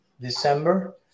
December